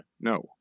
no